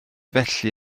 felly